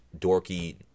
dorky